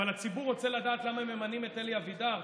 אבל הציבור רוצה לדעת למה ממנים את אלי אבידר,